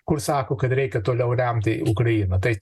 kur sako kad reikia toliau remti ukrainą tai